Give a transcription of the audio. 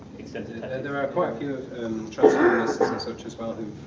and and there are quite a few transhumanists and such as well